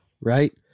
right